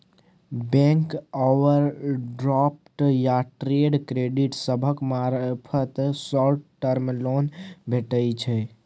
bank overdraft या trade credit सभक मार्फत शॉर्ट टर्म लोन भेटइ छै